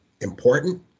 important